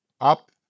up